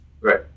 Right